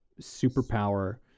superpower